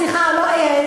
עברה בטרומית, סליחה.